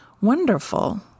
wonderful